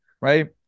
right